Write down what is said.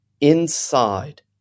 inside